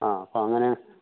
ആ അപ്പോള് അങ്ങനെ